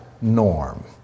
norm